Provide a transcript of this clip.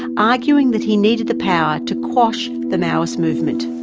arguing that he needed the power to quash the maoist movement.